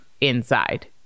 inside